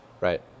right